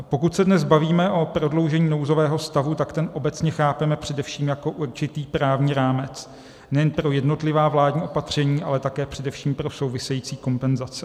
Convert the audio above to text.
Pokud se dnes bavíme o prodloužení nouzového stavu, tak ten obecně chápeme především jako určitý právní rámec nejen pro jednotlivá vládní opatření, ale také především pro související kompenzace.